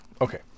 okay